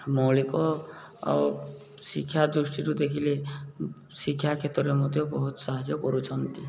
ମୌଳିକ ଶିକ୍ଷା ଦୃଷ୍ଟିରୁ ଦେଖିଲେ ଶିକ୍ଷା କ୍ଷେତ୍ରରେ ମଧ୍ୟ ବହୁତ ସାହାଯ୍ୟ କରୁଛନ୍ତି